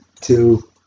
two